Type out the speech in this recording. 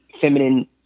feminine